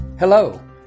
Hello